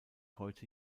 heute